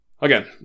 Again